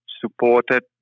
supported